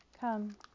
Come